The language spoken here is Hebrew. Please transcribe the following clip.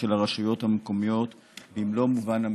של הרשויות המקומיות במלוא מובן המילה.